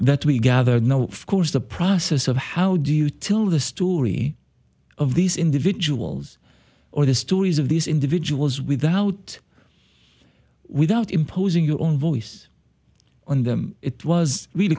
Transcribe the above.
that we gathered know of course the process of how do you tell the story of these individuals or the stories of these individuals without without imposing your own voice on them it was really